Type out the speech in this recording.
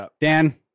Dan